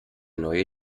neue